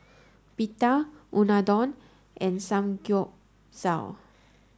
Pita Unadon and Samgyeopsal